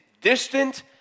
distant